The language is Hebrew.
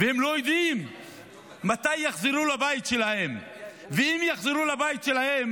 והם לא יודעים מתי הם יחזרו לבית שלהם ואם הם יחזרו לבית שלהם,